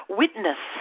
witness